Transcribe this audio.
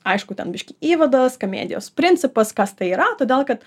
aišku ten biškį įvadas komedijos principas kas tai yra todėl kad